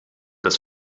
des